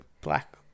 black